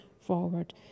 forward